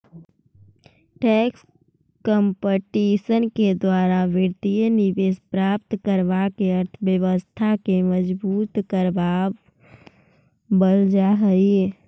tax competition के द्वारा वित्तीय निवेश प्राप्त करवा के अर्थव्यवस्था के मजबूत करवा वल जा हई